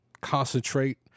concentrate